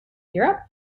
europe